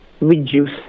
reduce